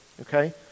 Okay